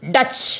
Dutch